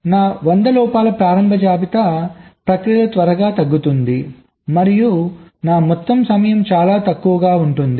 నా 100 లోపాల ప్రారంభ జాబితా ప్రక్రియలో త్వరగా తగ్గుతుంది మరియు నా మొత్తం సమయం చాలా తక్కువగా ఉంటుంది